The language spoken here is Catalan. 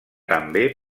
també